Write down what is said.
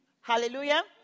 hallelujah